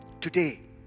today